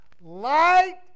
light